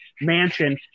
mansion